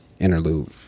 interlude